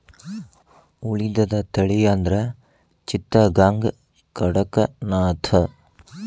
ಉಳಿದದ ತಳಿ ಅಂದ್ರ ಚಿತ್ತಗಾಂಗ, ಕಡಕನಾಥ